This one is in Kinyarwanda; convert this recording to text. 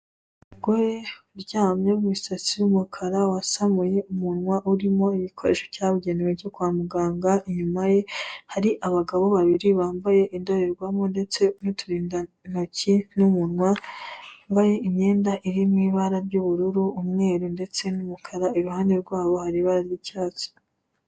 Mugore uryamye w'imisatsi y'umukara wasamuye umunwa urimo igikoresho cyabugenewe cyo kwa muganga, inyuma ye hari abagabo babiri bambaye indorerwamo ndetse n'uturindantoki n'umunwa, bambaye imyenda iri mu ibara ry'ubururu, umweru ndetse n'umukara, iruhande rwabo hari ibara ry'icyatsi.